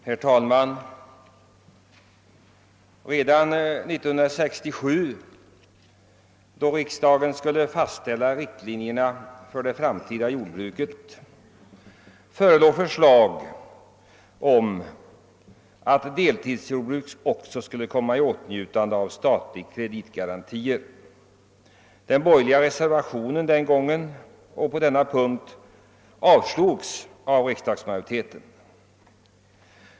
Herr talman! Redan 1967, då riksdagen skulle fastställa riktlinjerna för det framtida jordbruket, förelåg förslag om att också deltidsjordbruk skulle komma i åtnjutande av statliga kreditgarantier. Den borgerliga reservationen i frågan avslogs emellertid av riksdagsmajoriteten.